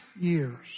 years